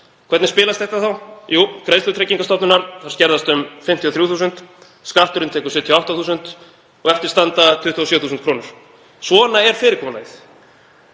Hvernig spilast þetta þá? Jú, greiðslur Tryggingastofnunar skerðast um 53.000 kr. Skatturinn tekur 78.000 kr. og eftir standa 27.000 kr. Svona er fyrirkomulagið.